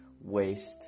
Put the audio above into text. waste